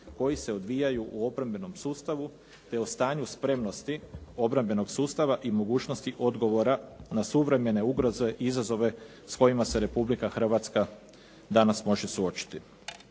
koji se odvijaju u obrambenom sustavu te o stanju spremnosti obrambenog sustava i mogućnosti odgovora na suvremene ugroze i izazove s kojima se Republika Hrvatska danas može suočiti.